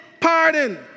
Pardon